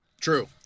True